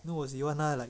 我喜欢他的 like